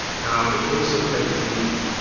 now, in the case of perugino,